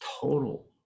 Total